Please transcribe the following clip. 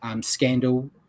scandal